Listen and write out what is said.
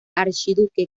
archiduque